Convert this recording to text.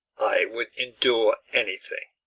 i would endure anything.